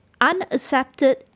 unaccepted